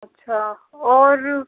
अच्छा और